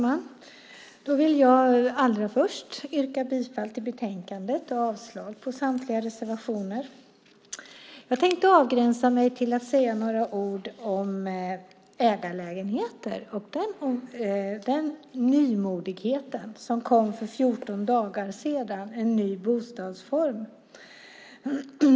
Herr talman! Jag vill allra först yrka bifall till förslagen i betänkandet och avslag på samtliga reservationer. Jag tänkte avgränsa mig till att säga några ord om ägarlägenheter, den nymodighet som kom för fjorton dagar sedan, en ny bostadsform.